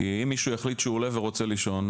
כי אם מישהו יחליט שהוא עולה ורוצה לישון,